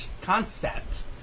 concept